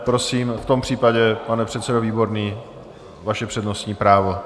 Prosím, v tom případě, pane předsedo Výborný, vaše přednostní právo.